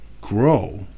grow